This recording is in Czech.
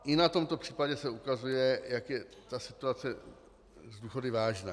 I na tomto případě se ukazuje, jak je ta situace s důchody vážná.